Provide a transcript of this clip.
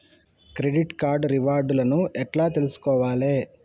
Credit card reward లను ఎట్ల తెలుసుకోవాలే?